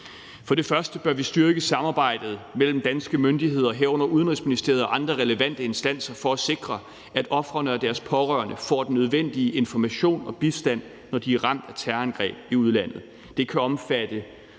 For det første bør vi styrke samarbejdet mellem danske myndigheder, herunder Udenrigsministeriet og andre relevante instanser, for at sikre, at ofrene og deres pårørende får den nødvendige information og bistand, når de er ramt af terrorangreb i udlandet. Det kan omfatte